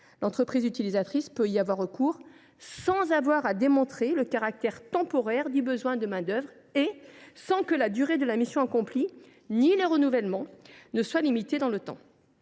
L’entreprise utilisatrice peut y avoir recours sans avoir à démontrer le caractère temporaire du besoin de main d’œuvre et sans que la durée de la mission accomplie ni les renouvellements soient limités dans le temps.